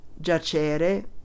giacere